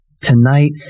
tonight